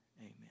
Amen